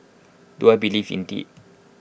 do I believe in D